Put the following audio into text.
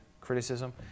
criticism